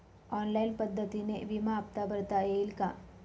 Online पद्धतीने विमा हफ्ता भरता येईल का?